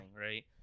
right